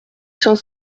cent